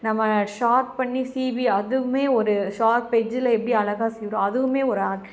நம்ம ஷார்ப் பண்ணி சீவி அதுவுமே ஒரு ஷார்ப் எட்ஜில எப்படி அழகா சீவுகிறோம் அதுவுமே ஒரு ஆர்ட்